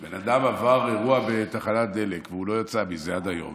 בן אדם עבר אירוע בתחנת דלק והוא לא יצא מזה עד היום,